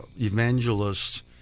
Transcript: evangelists